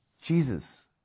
Jesus